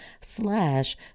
slash